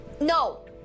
No